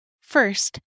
First